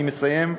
אני מסיים,